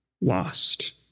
lost